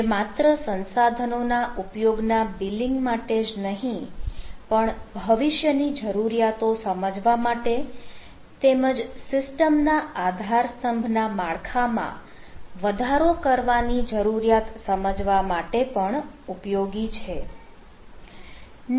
જે માત્ર સંસાધનોના ઉપયોગ ના બીલિંગ માટે જ નહીં પણ ભવિષ્યની જરૂરિયાતો સમજવા માટે તેમજ સિસ્ટમના આધાર સ્તંભ ના માળખા માં વધારો કરવાની જરૂરિયાત સમજવા માટે પણ ઉપયોગી છે